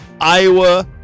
Iowa